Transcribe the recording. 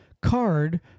card